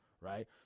right